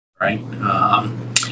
right